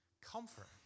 comfort